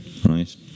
Right